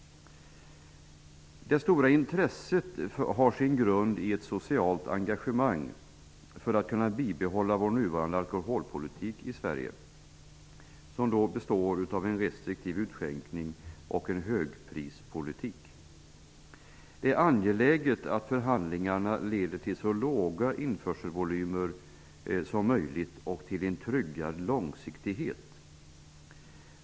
Det stora intresset har sin grund i ett socialt engagemang för att vi skall kunna bibehålla vår nuvarande alkoholpolitik i Sverige. Den består av en restriktiv utskänkning och en högprispolitik. Det är angeläget att förhandlingarna leder till så låga införselvolymer som möjligt och till en tryggad långsiktighet.